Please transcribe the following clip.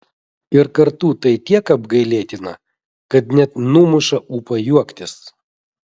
ir kartu tai tiek apgailėtina kad net numuša ūpą juoktis